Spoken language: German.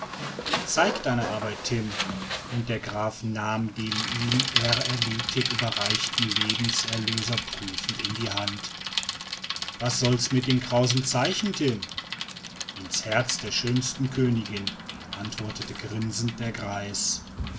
zeig deine arbeit timm und der graf nahm den ihm ehrerbietig überreichten lebenserlöser prüfend in die hand was soll's mit den krausen zeichen timm ins herz der schönsten königin antwortet grinsend der greis